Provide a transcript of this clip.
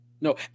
no